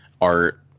art